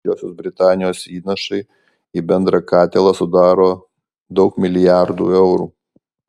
didžiosios britanijos įnašai į bendrą katilą sudaro daug milijardų eurų